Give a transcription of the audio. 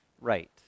right